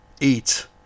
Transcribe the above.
eat